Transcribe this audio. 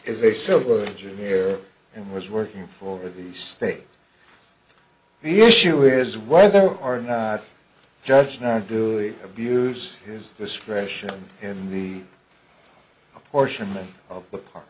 is a civil engineer and was working for the state the issue is whether or not judge nor do it abuse his discretion in the apportionment of the park